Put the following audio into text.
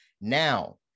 Now